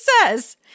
says